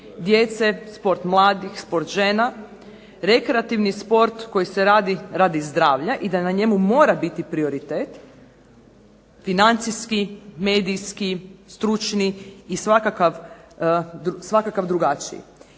djece, sport mladih, sport žena, rekreativni sport koji se radi radi zdravlja i da na njemu mora biti prioritet. Financijski, medijski, stručni i svakakav drugačiji.